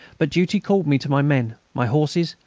but duty called me to my men, my horses,